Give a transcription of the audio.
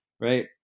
right